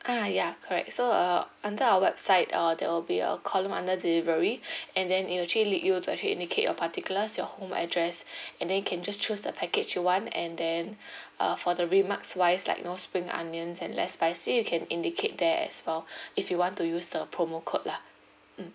ah ya correct so uh under our website uh there will be a column under delivery and then it will actually lead you to actually indicate your particulars your home address and then you can just choose the package you want and then uh for the remarks wise like you know spring onions and less spicy you can indicate there as well if you want to use the promo code lah mm